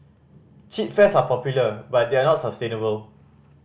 cheap fares are popular but they are not sustainable